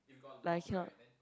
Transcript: like I cannot